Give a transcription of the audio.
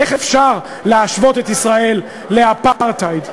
איך אפשר להשוות את ישראל לאפרטהייד?